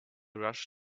rush